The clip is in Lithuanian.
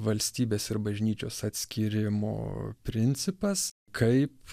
valstybės ir bažnyčios atskyrimo principas kaip